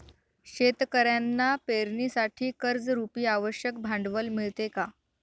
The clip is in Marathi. शेतकऱ्यांना पेरणीसाठी कर्जरुपी आवश्यक भांडवल मिळते का?